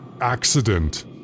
accident